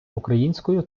українською